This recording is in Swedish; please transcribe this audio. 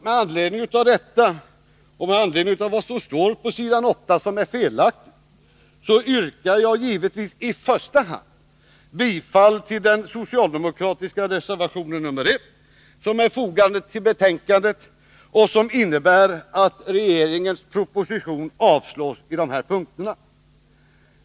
Med anledning av detta, och med anledning av vad som står på s. 8 och som är felaktigt, yrkar jag givetvis i första hand bifall till den socialdemokratiska reservationen 1, som är fogad till betänkandet och som innebär att regeringens proposition avslås på dessa punkter.